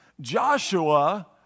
Joshua